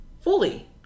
fully